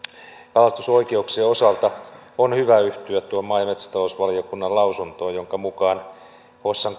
kalastusoikeuksien osalta on hyvä yhtyä maa ja metsätalousvaliokunnan lausuntoon jonka mukaan hossan